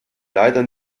leider